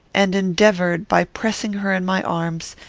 and endeavoured, by pressing her in my arms,